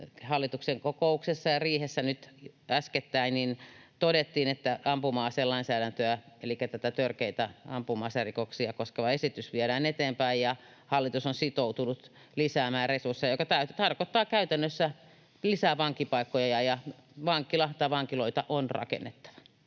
hallituksen kokouksessa ja riihessä nyt äskettäin todettiin, että ampuma-aselainsäädäntöä elikkä törkeitä ampuma-aserikoksia koskeva esitys viedään eteenpäin, ja hallitus on sitoutunut lisäämään resursseja, mikä tarkoittaa käytännössä lisää vankipaikkoja ja sitä, että vankiloita on rakennettava.